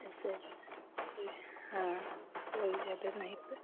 ऐसे कोई हाँ कोई जादा नहीं पर